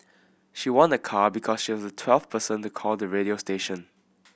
she won a car because she was the twelve person to call the radio station